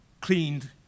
cleaned